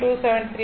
273 ஆக இருக்கும்